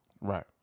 Right